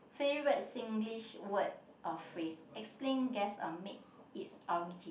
favourite Singlish word or phrase explain guess or make its origin